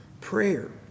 prayer